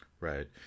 right